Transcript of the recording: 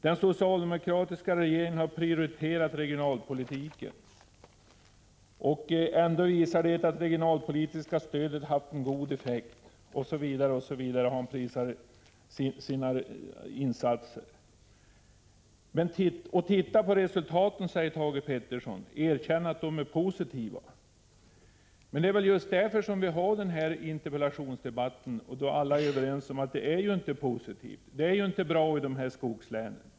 Den socialdemokratiska regeringen har prioriterat regionalpolitiken, det regionalpolitiska stödet har visat sig ha en god effekt, osv. Så har industriministern prisat sina insatser. Han säger också: Se på resultaten! Erkänn att de är positiva! Men det är väl just därför att alla inte är överens om att det är positivt som vi har denna interpellationsdebatt. Det är ju inte bra i skogslänen.